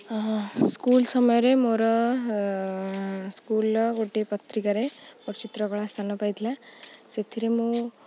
school ସମୟରେ ମୋର ସ୍କୁଲ୍ର ଗୋଟେ ପତ୍ରିକାରେ ମୋ ଚିତ୍ରକଳା ସ୍ଥାନ ପାଇଥିଲା ସେଥିରେ ମୁଁ